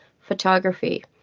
Photography